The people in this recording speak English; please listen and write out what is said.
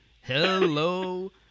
Hello